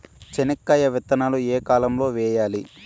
చెనక్కాయ విత్తనాలు ఏ కాలం లో వేయాలి?